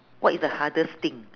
what is the hardest thing